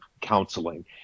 counseling